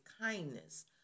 kindness